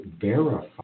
verify